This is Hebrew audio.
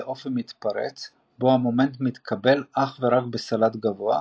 אופי מתפרץ בו המומנט מתקבל אך ורק בסל"ד גבוה,